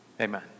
amen